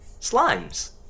slimes